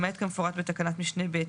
למעט כמפורט בתקנת משנה (ב),